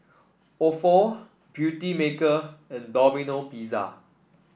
Ofo Beautymaker and Domino Pizza